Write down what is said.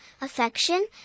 affection